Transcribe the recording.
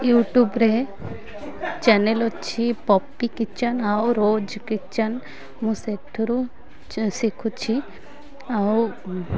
ୟୁଟ୍ୟୁବ୍ରେେ channel ଅଛି Poppy Kitchen ଆଉ Rose Kitchen ମୁଁ ସେଠାରୁ ଚ ଶିଖୁଛି ଆଉ